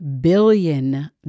billion